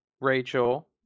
Rachel